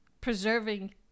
preserving